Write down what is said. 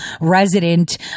resident